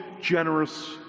generous